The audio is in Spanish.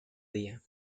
día